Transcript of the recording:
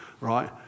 right